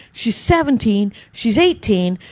she's seventeen, she's eighteen,